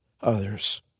others